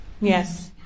yes